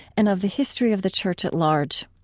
and of the history of the church at large.